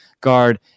guard